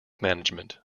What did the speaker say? management